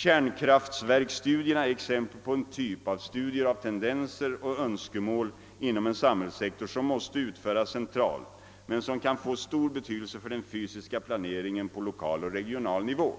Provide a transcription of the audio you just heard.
Kärnkraftverksstudierna är exempel på en typ av studier av tendenser och önskemål inom en samhällssektor, som måste utföras centralt men som kan få stor betydelse för den fysiska planeringen på lokal och regional nivå.